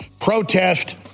protest